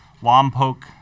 Lompoc